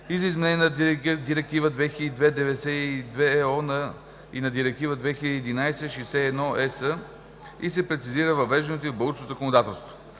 и за изменение на Директива 2002/92/ЕО и на Директива 2011/61/ЕС и се прецизира въвеждането ѝ в българското законодателство.